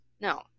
No